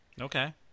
okay